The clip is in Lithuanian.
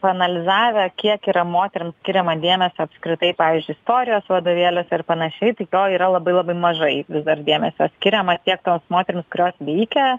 paanalizavę kiek yra moterim skiriama dėmesio apskritai pavyzdžiui istorijos vadovėliuose ir panašiai tai jo yra labai labai mažai vis dar dėmesio skiriama tiek toms moterims kurios veikė